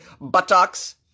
buttocks